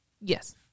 Yes